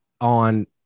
on